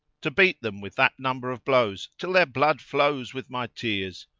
to beat them with that number of blows till their blood flows with my tears,